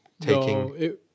taking